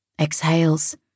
exhales